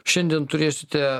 šiandien turėsite